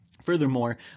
Furthermore